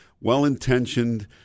well-intentioned